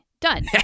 Done